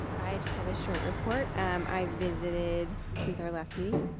i i just have a short report. um i visited, since our last meeting,